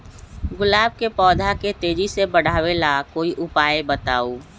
गुलाब के पौधा के तेजी से बढ़ावे ला कोई उपाये बताउ?